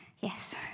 yes